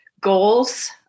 goals